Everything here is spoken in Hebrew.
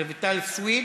רויטל סויד,